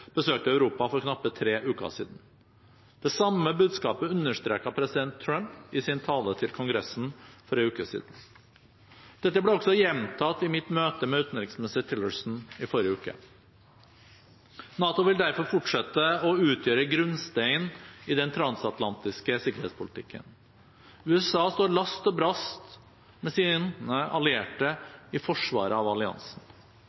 besøkte Europa for knappe tre uker siden. Det samme budskapet understreket president Trump i sin tale til Kongressen for en uke siden. Dette ble også gjentatt i mitt møte med utenriksminister Tillerson i forrige uke. NATO vil derfor fortsette å utgjøre grunnsteinen i den transatlantiske sikkerhetspolitikken. USA står last og brast med sine